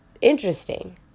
Interesting